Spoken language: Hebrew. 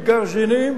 עם גרזנים,